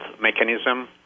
mechanism